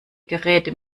geräte